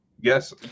yes